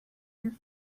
your